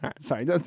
Sorry